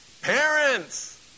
Parents